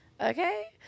okay